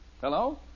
Hello